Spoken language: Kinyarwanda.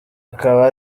akaba